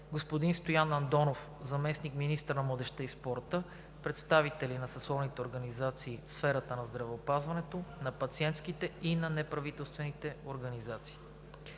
господин Стоян Андонов – заместник-министър на младежта и спорта, представители на съсловните организации в сферата на здравеопазването, на пациентските и на неправителствените организации.